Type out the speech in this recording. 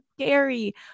scary